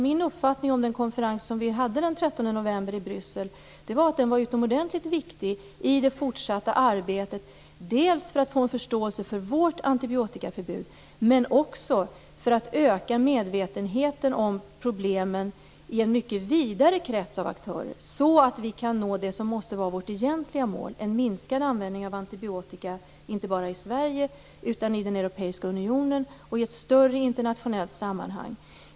Min uppfattning om den konferens som vi hade den 13 november i Bryssel är att den var utomordentligt viktig i det fortsatta arbetet, dels för att få en förståelse för vårt antibiotikaförbud, dels för att öka medvetenheten om problemen i en mycket vidare krets av aktörer, så att vi kan nå det som måste vara vårt egentliga mål, en minskad användning av antibiotika inte bara i Sverige utan i den europeiska unionen och i ett större internationellt sammanhang.